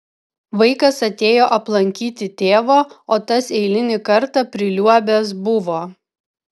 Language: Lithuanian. vaikas atėjo aplankyti tėvo o tas eilinį kartą priliuobęs buvo